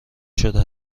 شده